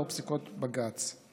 לאור פסיקות בג"ץ".